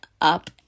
up